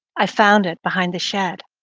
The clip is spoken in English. i found it behind the shed.